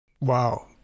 Wow